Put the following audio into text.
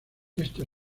esto